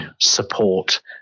support